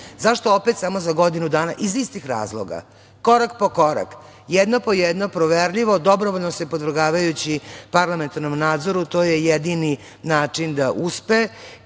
opet samo za godinu dana? Iz istih razloga. Korak po korak. Jedno po jedno, proverljivo, dobrovoljno se podvrgavajući parlamentarnom nadzoru. To je jedini način da uspe